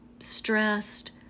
stressed